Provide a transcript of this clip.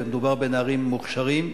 ומדובר בנערים מוכשרים.